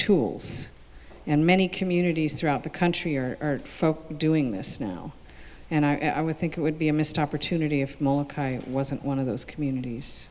tools and many communities throughout the country are doing this now and i would think it would be a missed opportunity if it wasn't one of those communities